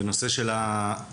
בנושא של המאמנים.